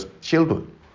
children